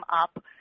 up